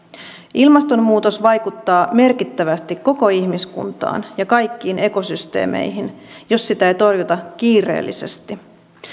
ilmastonmuutos vaikuttaa merkittävästi koko ihmiskuntaan ja kaikkiin ekosysteemeihin jos sitä ei torjuta kiireellisesti